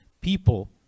people